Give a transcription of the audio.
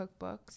cookbooks